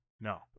no